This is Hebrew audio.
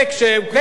ולכן,